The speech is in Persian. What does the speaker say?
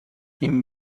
این